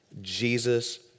Jesus